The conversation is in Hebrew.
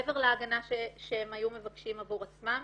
מעבר להגנה שהם היו מבקשים עבור עצמם,